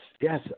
yes